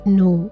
no